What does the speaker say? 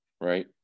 right